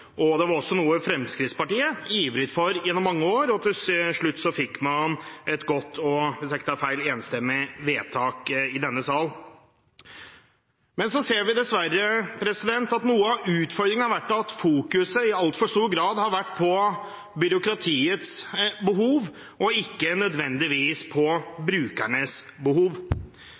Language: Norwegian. og til slutt fikk man et godt og – hvis jeg ikke tar feil – enstemmig vedtak i denne sal. Men så ser vi dessverre at noe av utfordringen har vært at fokuset i altfor stor grad har vært på byråkratiets behov og ikke nødvendigvis på brukernes behov.